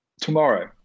tomorrow